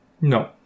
No